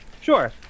sure